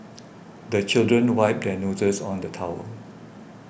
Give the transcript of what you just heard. the children wipe their noses on the towel